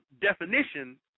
definition